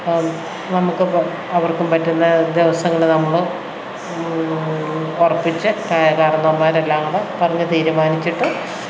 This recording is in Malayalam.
നമുക്കും അവർക്കും പറ്റുന്ന ദിവസങ്ങള് നമ്മള് ഉറപ്പിച്ച് കാർന്നോമ്മാരെല്ലാം കൂടെ പറഞ്ഞ് തീരുമാനിച്ചിട്ട്